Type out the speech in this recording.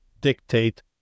dictate